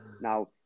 Now